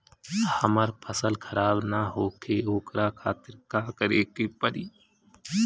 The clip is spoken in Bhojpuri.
हमर फसल खराब न होखे ओकरा खातिर का करे के परी?